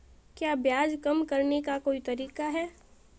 क्या ब्याज कम करने का कोई तरीका है?